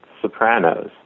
Sopranos